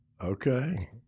Okay